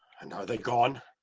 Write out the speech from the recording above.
and are they gone?